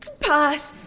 pass.